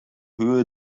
höhe